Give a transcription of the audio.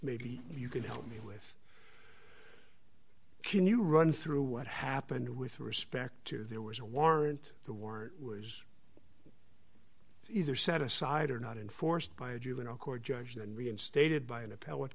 maybe you can help me with can you run through what happened with respect to there was a warrant the war was either set aside or not enforced by a juvenile court judge then reinstated by an appell